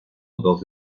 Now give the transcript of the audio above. dos